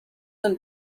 und